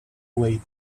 wait